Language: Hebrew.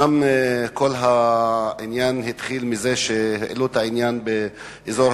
אומנם העניין התחיל מזה שהעלו את הנושא שבאזור